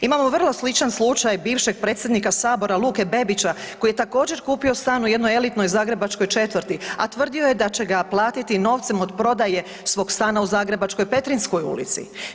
Imamo vrlo sličan slučaj bivšeg predsjednika Sabora Luke Bebića koji je također kupio stan u jednoj elitnoj zagrebačkoj četvrti, a tvrdio je da će ga platiti novcem od prodaje svog stana u zagrebačkoj Petrinskoj ulici.